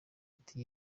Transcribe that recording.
ati